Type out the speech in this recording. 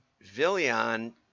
Villian